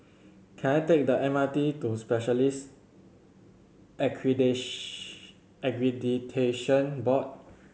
can I take the M R T to Specialists Accreditation Board